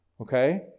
okay